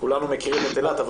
כולנו מכירים את אילת,